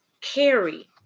carry